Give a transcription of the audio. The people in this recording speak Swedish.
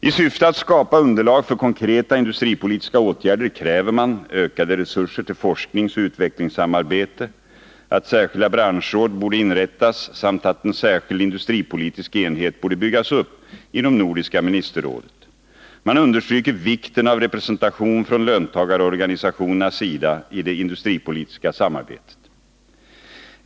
I syfte att skapa underlag för konkreta industripolitiska åtgärder kräver man ökade resurser till forskningsoch utvecklingssamarbete, att särskilda branschråd borde inrättas samt att en särskild industripolitisk enhet borde byggas upp inom nordiska ministerrådet. Man understryker vikten av representation från löntagarorganisationernas sida i det industripolitiska samarbetet.